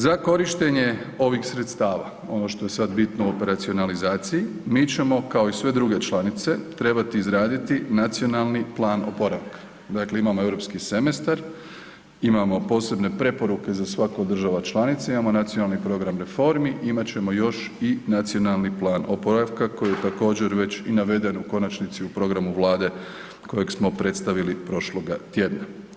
Za korištenje ovih sredstava, ono što je sad bitno u operacionalizaciji, mi ćemo kao i sve druge članice trebati izraditi nacionalni plan oporavka, dakle imamo Europski semestar, imamo posebne preporuke za svaku od država članica, imamo nacionalni program reformi, imat ćemo još i nacionalni plan oporavka koji je također već i naveden u konačnici u programu vlade kojeg smo predstavili prošloga tjedna.